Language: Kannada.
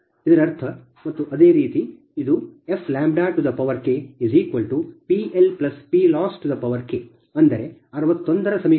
ಇದರರ್ಥ ಮತ್ತು ಅದೇ ರೀತಿ ಇದು fKPLPLossK ಅಂದರೆ 61 ರ ಸಮೀಕರಣ